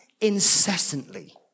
incessantly